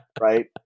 Right